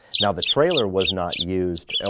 now, the trailer was not used, ah